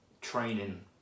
training